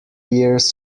years